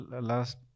last